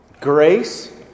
grace